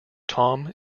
tom